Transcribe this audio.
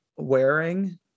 wearing